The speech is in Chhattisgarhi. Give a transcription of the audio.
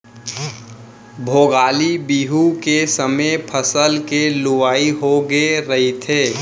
भोगाली बिहू के समे फसल के लुवई होगे रहिथे